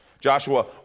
Joshua